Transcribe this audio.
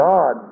God